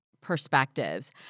perspectives